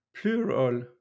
plural